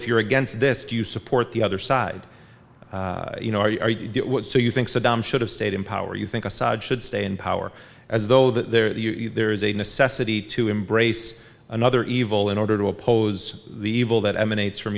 if you're against this do you support the other side you know so you think saddam should have stayed in power you think assad should stay in power as though there there is a necessity to embrace another evil in order to oppose the evil that emanates from